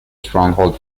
stronghold